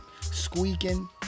squeaking